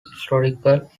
historical